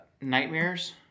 nightmares